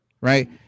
right